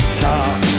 talk